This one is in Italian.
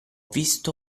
visto